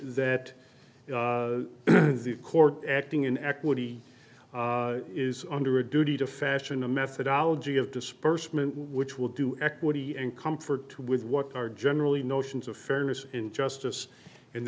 that the court acting in equity is under a duty to fashion a methodology of disbursement which will do equity and comfort with what are generally notions of fairness and justice and